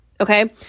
Okay